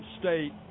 state